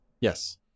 Yes